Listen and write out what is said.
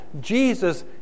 Jesus